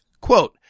Quote